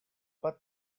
but